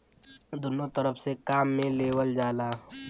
दुन्नो तरफ से काम मे लेवल जाला